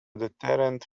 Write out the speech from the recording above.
deterrent